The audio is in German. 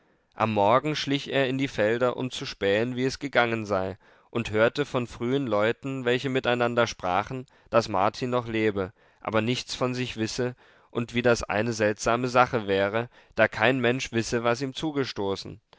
am morgen schlich er in die felder um zu spähen wie es gegangen sei und hörte von frühen leuten welche miteinander sprachen daß marti noch lebe aber nichts von sich wisse und wie das eine seltsame sache wäre da kein mensch wisse was ihm zugestoßen